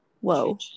Whoa